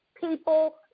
people